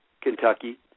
Kentucky